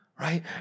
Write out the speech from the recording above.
right